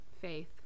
faith